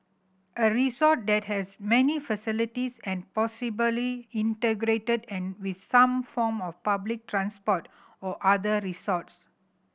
a resort that has many facilities and possibly integrated and with some form of public transport or other resorts